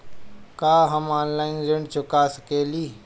का हम ऑनलाइन ऋण चुका सके ली?